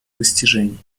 достижений